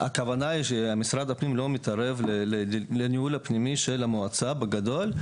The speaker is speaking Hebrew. הכוונה היא שמשרד הפנים לא מתערב בניהול הפנימי של המועצה בגדול.